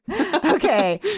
Okay